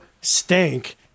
stank